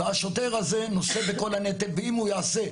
והשוטר הזה נושא בכל הנטל ואם הוא יעשה,